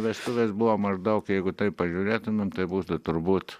vestuvės buvo maždaug jeigu taip pažiūrėtumėm tai būtų turbūt